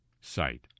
site